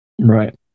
Right